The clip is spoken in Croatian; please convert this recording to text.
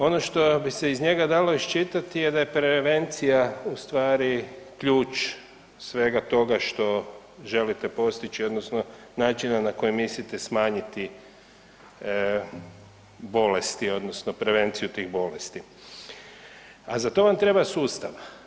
Ono što bi se iz njega dalo iščitati je da je prevencija ustvari ključ svega toga što želite postići odnosno načina na koji mislite smanjiti bolesti odnosno prevenciju tih bolesti, a za to vam treba sustav.